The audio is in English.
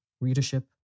readership